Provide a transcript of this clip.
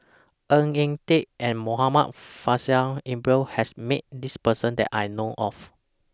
Ng Eng Teng and Muhammad Faishal Ibrahim has Met This Person that I know of